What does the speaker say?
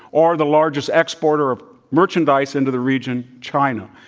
or the largest exporter of merchandise into the region, china.